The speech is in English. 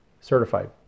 certified